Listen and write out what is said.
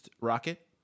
rocket